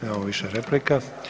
Nemamo više replika.